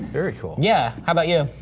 very cool, yeah how about you?